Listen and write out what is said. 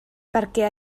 perquè